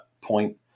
point